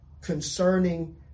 concerning